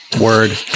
Word